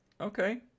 Okay